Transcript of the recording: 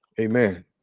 Amen